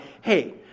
Hey